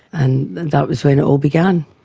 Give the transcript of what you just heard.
and that was when it all began.